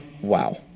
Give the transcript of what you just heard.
Wow